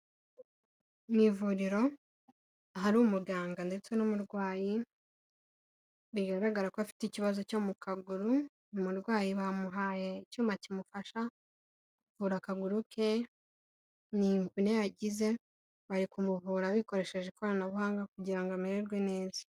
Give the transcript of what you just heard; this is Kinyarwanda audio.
Mu ivuriro ahari umuganga ndetse n'umurwayi, bigaragara ko afite ikibazo cyo mu kaguru, umurwayi bamuhaye icyuma kimufasha kuvura akaguru ke, ni imvune yagize, bari kumuvura bikoresheje ikoranabuhanga kugira ngo amererwe neza.